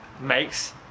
makes